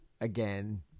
again